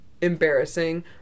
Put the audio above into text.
embarrassing